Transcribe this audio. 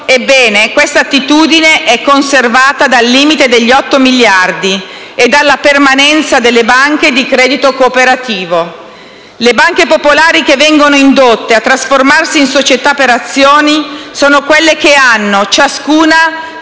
ebbene questa attitudine è conservata dal limite degli 8 miliardi e dalla permanenza delle banche di credito cooperativo. Le banche popolari che vengono indotte a trasformarsi in società per azioni sono quelle che hanno, ciascuna, sportelli nel